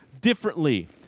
differently